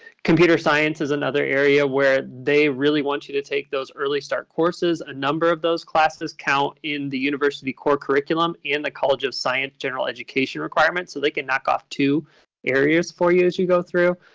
computer science is another area where they really want you to take those early start courses, a number of those classes count in the university core curriculum and the college of science general education requirements. so they can knock off two areas for you as you go through.